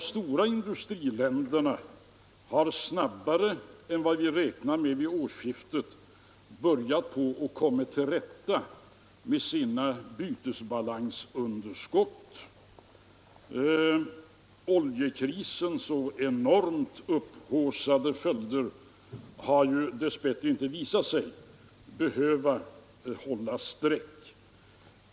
De stora industriländerna har snabbare än vad vi räknade med vid årsskiftet börjat komma till rätta med sina bytesbalansunderskott. Oljekrisens så enormt upphaussade följder har dess bättre inte visat sig hålla streck.